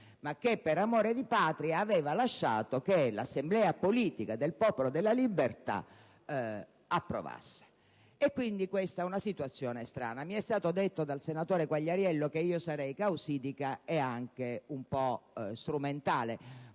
ma che per amore di patria aveva lasciato che l'assemblea politica del Popolo della Libertà approvasse. Questa è una situazione strana. Mi è stato detto dal senatore Quagliariello che io sarei causidica e anche un po' strumentale.